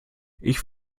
ich